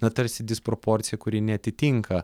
na tarsi disproporcija kuri neatitinka